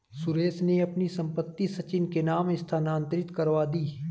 सुरेश ने अपनी संपत्ति सचिन के नाम स्थानांतरित करवा दी